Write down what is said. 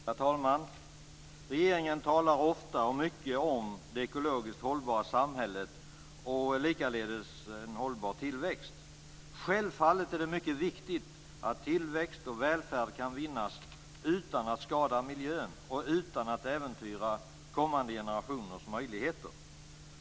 Herr talman! Regeringen talar ofta och mycket om det ekologiskt hållbara samhället och likaledes om en hållbar tillväxt. Självfallet är det mycket viktigt att tillväxt och välfärd kan vinnas utan att skada miljön och utan att äventyra kommande generationers möjligheter.